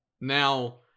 Now